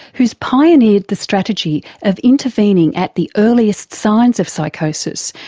who has pioneered the strategy of intervening at the earliest signs of psychosis,